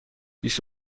بیست